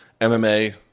MMA